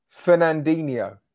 Fernandinho